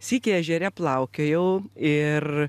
sykį ežere plaukiojau ir